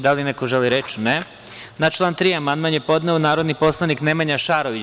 Da li neko želi reč? (Ne.) Na član 3. amandman je podneo narodni poslanik Nemanja Šarović.